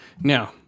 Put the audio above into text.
Now